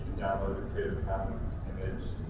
download a creative commons image